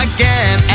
Again